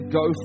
go